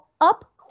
up